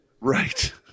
right